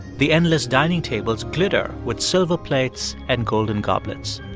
the endless dining tables glitter with silver plates and golden goblets.